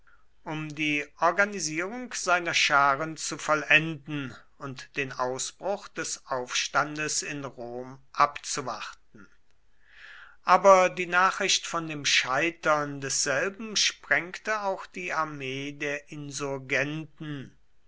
um die organisierung seiner scharen zu vollenden und den ausbruch des aufstandes in rom abzuwarten aber die nachricht von dem scheitern desselben sprengte auch die armee der insurgenten